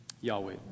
Yahweh